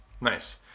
nice